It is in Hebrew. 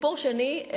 סיפור שני,